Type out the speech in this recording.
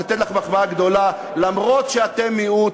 אף שאתם מיעוט,